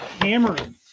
hammering